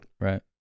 right